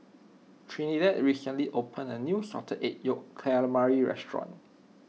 Trinidad recently opened a new Salted Egg Yolk Calamari restaurant